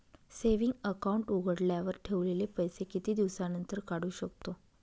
Saving account उघडल्यावर ठेवलेले पैसे किती दिवसानंतर काढू शकतो?